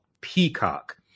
Peacock